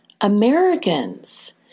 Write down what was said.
americans